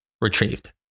retrieved